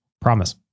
Promise